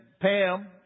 Pam